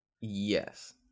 Yes